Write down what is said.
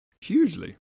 Hugely